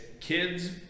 kids